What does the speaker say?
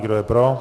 Kdo je pro?